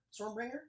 Stormbringer